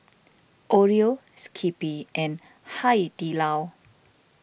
Oreo Skippy and Hai Di Lao